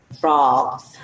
frogs